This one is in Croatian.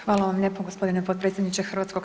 Hvala vam lijepa gospodine potpredsjedniče HS.